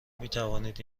میتوانید